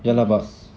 to use